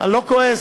אני לא כועס,